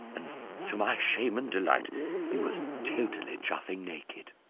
and to my shame and delight he was totally chuffing naked.